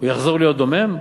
הוא יחזור להיות דומם?